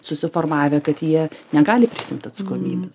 susiformavę tad jie negali prisiimt atsakomybės